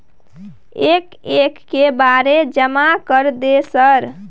एक एक के बारे जमा कर दे सर?